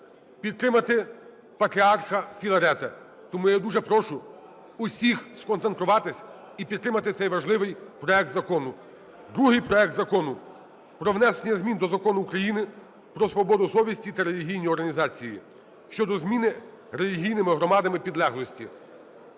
підтримати Патріарха Філарета. Тому я дуже прошу всіх сконцентруватись і підтримати цей важливий проект закону. Другий проект Закону про внесення змін до Закону України "Про свободу совісті та релігійні організації" (щодо зміни релігійними громадами підлеглості),